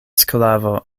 sklavo